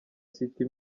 city